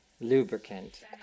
lubricant